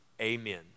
Amen